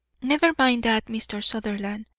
never mind that, mr. sutherland.